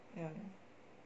ya